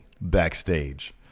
backstage